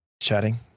Chatting